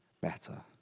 better